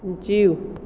जीउ